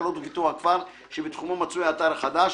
החקלאות ופיתוח הכפר שבתחומו מצוי האתר החדש,